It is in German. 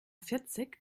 vierzig